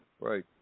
right